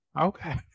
Okay